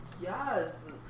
Yes